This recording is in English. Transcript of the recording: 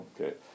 Okay